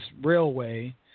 Railway